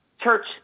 church